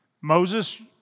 Moses